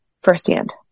firsthand